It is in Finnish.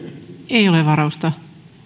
ei ole varausta